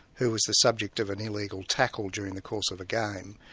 who was the subject of an illegal tackle during the course of a game.